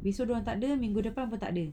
besok dia orang tak ada minggu depan pun tak ada